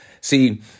See